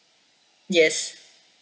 yes